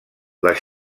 les